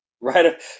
Right